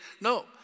No